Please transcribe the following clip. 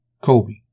Kobe